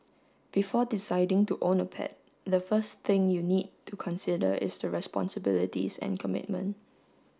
before deciding to own a pet the first thing you need to consider is the responsibilities and commitment